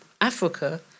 Africa